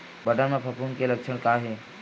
बटर म फफूंद के लक्षण का हे?